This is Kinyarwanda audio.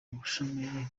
ubushomeri